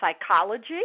psychology